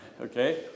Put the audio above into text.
Okay